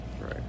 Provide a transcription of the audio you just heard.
Right